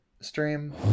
stream